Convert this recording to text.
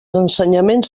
ensenyaments